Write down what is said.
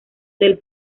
del